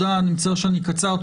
אני מצטער שאני קצר.